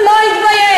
הוא לא התבייש.